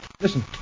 listen